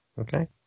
Okay